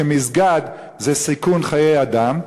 שמסגד זה סיכון חיי אדם,